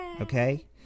okay